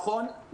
נכון,